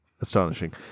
Astonishing